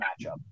matchup